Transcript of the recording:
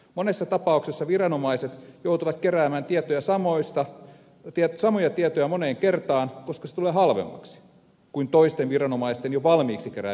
monessa tapauksessa viranomaiset joutuvat keräämään samoja tietoja moneen kertaan koska se tulee halvemmaksi kuin toisten viranomaisten jo valmiiksi keräämien tietojen käyttö